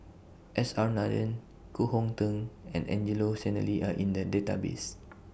S R Nathan Koh Hong Teng and Angelo Sanelli Are in The Database